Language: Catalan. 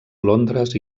londres